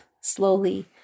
slowly